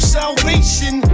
salvation